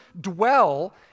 dwell